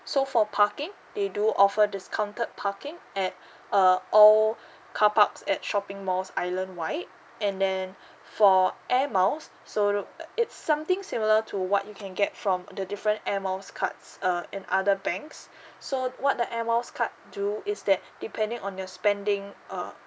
so for parking they do offer discounted parking at uh all car parks at shopping malls island wide and then for air miles so ru~ uh it's something similar to what you can get from the different air miles cards uh and other banks so what the air miles card do is that depending on your spending err